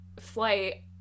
flight